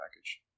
package